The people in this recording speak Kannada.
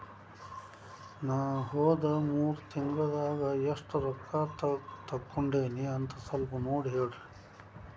ನಾ ಹೋದ ಮೂರು ತಿಂಗಳದಾಗ ಎಷ್ಟು ರೊಕ್ಕಾ ತಕ್ಕೊಂಡೇನಿ ಅಂತ ಸಲ್ಪ ನೋಡ ಹೇಳ್ರಿ